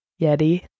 yeti